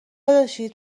داداشی